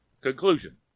conclusion